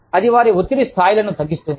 అది వారి ఒత్తిడి స్థాయిలను తగ్గిస్తుంది